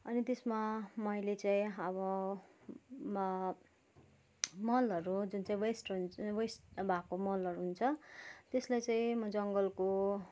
अनि त्यसमा मैले चाहिँ अब मल मलहरू जुन चाहिँ वेस्ट हुन्छ वेस्ट भएका मलहरू हुन्छ त्यसलाई चाहिँ जङ्गलको